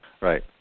Right